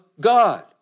God